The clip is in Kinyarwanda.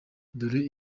dore